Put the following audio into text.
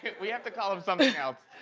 we have to call him something else.